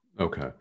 okay